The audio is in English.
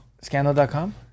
Scandal.com